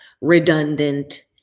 redundant